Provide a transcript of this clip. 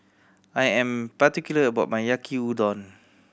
I am particular about my Yaki Udon